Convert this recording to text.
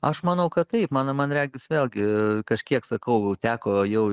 aš manau kad taip man man regis vėlgi kažkiek sakau teko jau